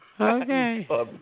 Okay